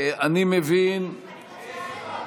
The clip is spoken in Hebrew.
אם כן, הסתייגויות מס' 4 עד 85 הוסרו.